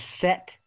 set